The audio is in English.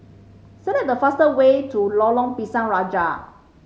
select the fast way to Lorong Pisang Raja